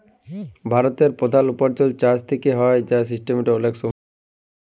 ভারতের প্রধাল উপার্জন চাষ থেক্যে হ্যয়, যার সিস্টেমের অলেক সমস্যা দেখা দিতে পারে